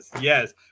Yes